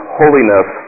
holiness